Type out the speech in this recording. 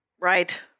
Right